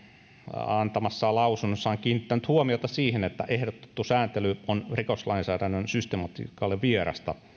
antamassaan lausunnossa kiinnittänyt huomiota siihen että ehdotettu sääntely on rikoslainsäädännön systematiikalle vierasta